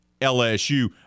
LSU